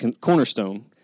cornerstone